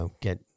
get